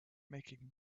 making